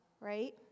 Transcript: right